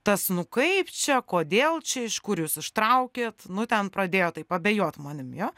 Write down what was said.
tas nu kaip čia kodėl čia iš kur jūs ištraukėt nu ten pradėjo taip abejot manim jo